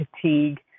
fatigue